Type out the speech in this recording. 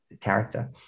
character